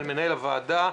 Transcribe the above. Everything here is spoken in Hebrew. הוועדה,